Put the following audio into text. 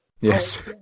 Yes